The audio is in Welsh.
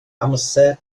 amser